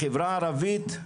לחברה הערבית,